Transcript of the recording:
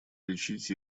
лечить